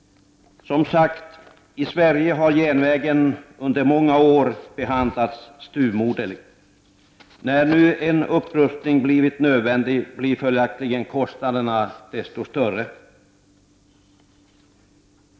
Som sagt, i Sverige har järnvägen under många år behandlats styvmoderligt. När en upprustning nu har blivit nödvändig, blir följaktligen kostnaderna större.